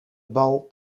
bal